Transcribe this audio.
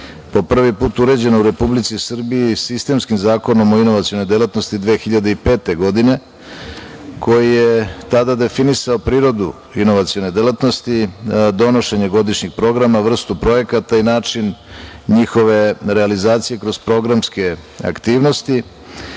po prvi put uređena u Republici Srbiji sistemskim Zakonom o inovacionoj delatnosti 2005. godine, koji je tada definisao prirodu inovacione delatnosti, donošenje godišnjih programa, vrstu projekata i način njihove realizacije kroz programske aktivnosti,